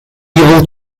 evil